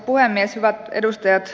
hyvät edustajat